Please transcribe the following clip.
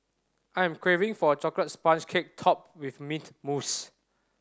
I am craving for a chocolate sponge cake topped with mint mousse